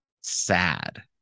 sad